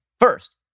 First